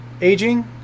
aging